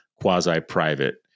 quasi-private